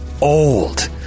old